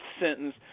sentence